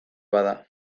bada